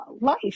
life